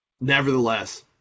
nevertheless